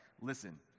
listen